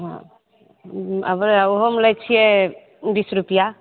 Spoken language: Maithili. हॅं आइब्रो ओहोमे लै छियै बीस रुपैआ